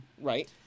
Right